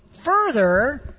further